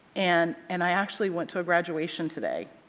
and and, i actually went to a graduation today.